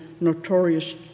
notorious